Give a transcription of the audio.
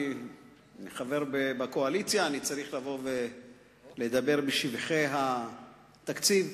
אני חבר בקואליציה ואני צריך לבוא ולדבר בשבחי התקציב,